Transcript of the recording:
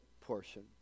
portion